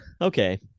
okay